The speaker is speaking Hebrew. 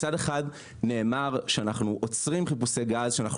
מצד אחד נאמר שאנחנו עוצרים חיפושי גז כי אנחנו